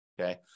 Okay